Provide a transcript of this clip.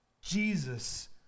Jesus